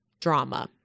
drama